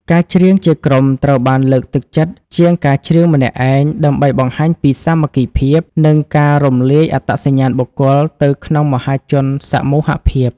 ការច្រៀងជាក្រុមត្រូវបានលើកទឹកចិត្តជាងការច្រៀងម្នាក់ឯង ដើម្បីបង្ហាញពីសាមគ្គីភាព និងការរំលាយអត្តសញ្ញាណបុគ្គលទៅក្នុងមហាជនសមូហភាព។